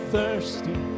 thirsty